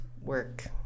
work